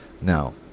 Now